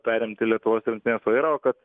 perimti lietuvos rinktinės vairą o kad